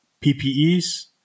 PPEs